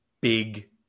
big